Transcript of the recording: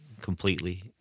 completely